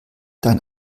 dein